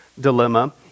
dilemma